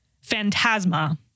phantasma